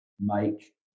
make